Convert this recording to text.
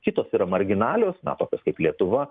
kitos yra marginalios na tokios kaip lietuva